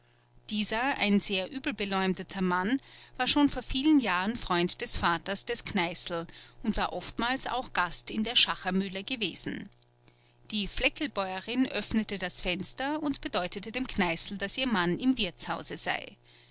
dieser ein sehr übelbeleumdeter mann war schon vor vielen jahren freund des vaters des kneißl und war oftmals auch gast in der schachermühle gewesen die fleckelbäuerin öffnete das fenster und bedeutete dem kneißl daß ihr mann im wirtshause sei